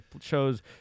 shows